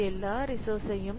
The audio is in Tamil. இது எல்லா ரிசோர்சஸ்யும்